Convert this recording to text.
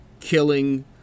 killing